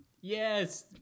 Yes